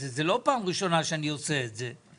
זה לא פעם ראשונה שאני עושה את זה,